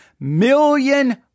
million